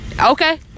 Okay